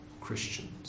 Christians